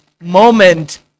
moment